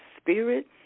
spirit